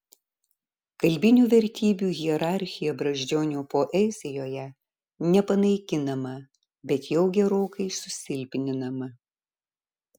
kalbinių vertybių hierarchija brazdžionio poezijoje nepanaikinama bet jau gerokai susilpninama